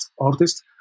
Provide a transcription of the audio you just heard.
artist